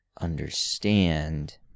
understand